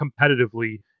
competitively